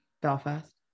Belfast